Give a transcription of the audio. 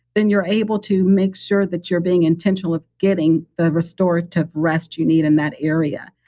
then you're able to make sure that you're being intentional of getting the restorative rest you need in that area.